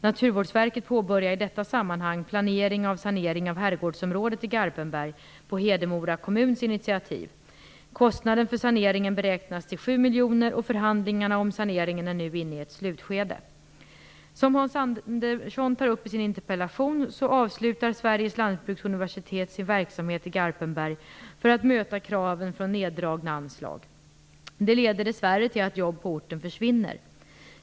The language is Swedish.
Naturvårdsverket påbörjade i detta sammanhang planering av sanering av Herrgårdsområdet i Garpenberg på Hedemora kommuns initiativ. Kostnaden för saneringen beräknas till 7 miljoner, och förhandlingarna om saneringen är nu inne i ett slutskede. Som Hans Andersson tar upp i sin interpellation avslutar Sveriges lantbruksuniversitet sin verksamhet i Garpenberg för att möta kraven från neddragna anslag. Detta leder dessvärre till att jobb på orten försvinner.